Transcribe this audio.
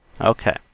Okay